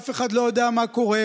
אף אחד לא יודע מה קורה.